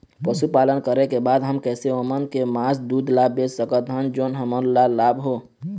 पशुपालन करें के बाद हम कैसे ओमन के मास, दूध ला बेच सकत हन जोन हमन ला लाभ हो?